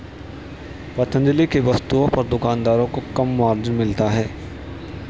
पतंजलि की वस्तुओं पर दुकानदारों को कम मार्जिन मिलता है